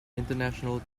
international